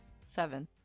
Seven